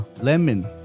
Lemon